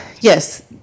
yes